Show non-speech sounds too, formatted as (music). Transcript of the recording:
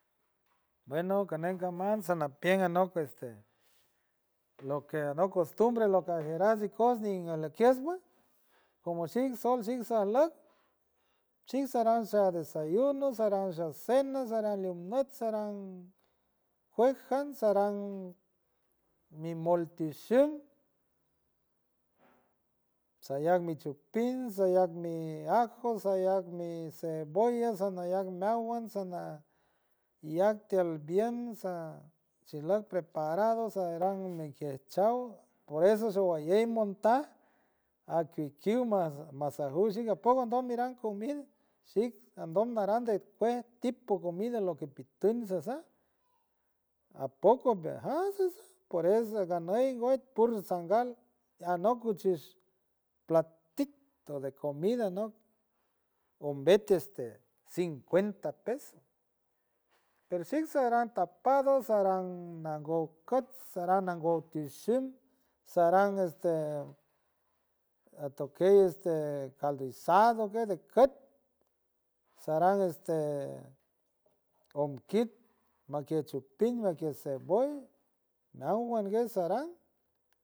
Bueno caney camanpiens anok lo que este no costumbre, lo que (noise) jerar ikoos nin queislew como shilsol chinsalag, chinsalag saran desayuno, saraan sha cena, saran leonnop, saran jan, saran nimoltishud, sallan michupil, sallang mi ajo, sallang mi cebolla, sanayac agua, sanayac teal bien, saa shilod preparado, saran iniqueshaud, por eso shawey monta aquiquiu masajuy shi apo andoy miran comida, shic andoy aran de cuet tipo comida lo que pitun sasa apoco beajeashe por eso ganey gud puro sangal anoc guchusu platito de comida anoc, ombete este cincuenta pesos pero shi saratapado, saran nagogotoos, sara nangotishil, saran este atokiw este caldo hizado de ket a saran este ombiquit ma qui shupin, maquie ceboll, nawalt que saran.